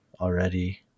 already